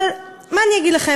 אבל, מה אני אגיד לכם?